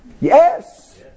Yes